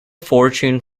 fortune